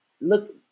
Look